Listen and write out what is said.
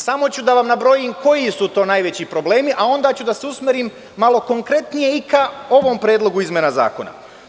Samo ću da vam nabrojim koji su to najveći problemi, a onda ću da se usmerim malo konkretnije i ka ovom predlogu izmena zakona.